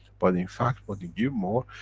but in fact, what you give more,